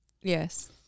Yes